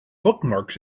bookmarks